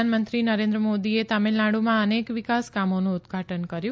પ્રધાનમંત્રી નરેન્દ્ર મોદીએ તમીલનાડુમાં અનેક વિકાસ કામોનું ઉદઘાટન કર્યું